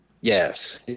Yes